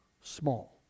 small